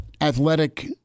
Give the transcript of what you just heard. athletic